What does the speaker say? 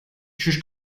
düşüş